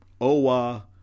Owa